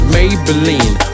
Maybelline